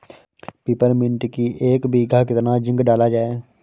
Peppermint की एक बीघा कितना जिंक डाला जाए?